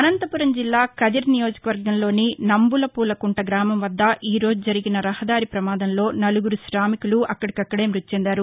అనంతపురం జిల్లా కదిరి నియోజకవర్గంలోని సంబులపూలకుంట గ్రామం వద్ద ఈరోజు జరిగిన రహదారి ప్రమాదంలో నలుగురు శామికులు అక్కడికక్కదే మ్బతి చెందారు